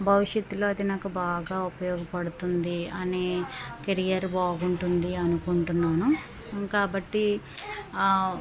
భవిష్యత్తులో అది నాకు బాగా ఉపయోగపడుతుంది అనే కెరియర్ బాగుంటుందని అనుకుంటున్నాను కాబట్టి ఆ